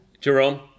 Jerome